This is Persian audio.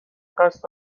قصد